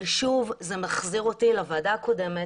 אבל שוב זה מחזיר אותי לוועדה הקודמת